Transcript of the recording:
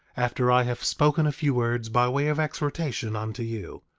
after i have spoken a few words by way of exhortation unto you.